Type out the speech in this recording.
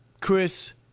Chris